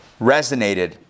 resonated